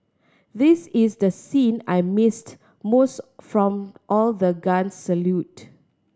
this is the scene I missed most from all the guns salute